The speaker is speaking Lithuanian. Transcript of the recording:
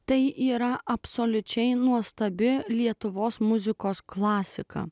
tai yra absoliučiai nuostabi lietuvos muzikos klasika